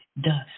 dust